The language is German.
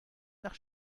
nach